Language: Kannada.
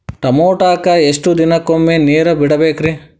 ಟಮೋಟಾಕ ಎಷ್ಟು ದಿನಕ್ಕೊಮ್ಮೆ ನೇರ ಬಿಡಬೇಕ್ರೇ?